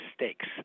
mistakes